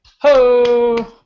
Ho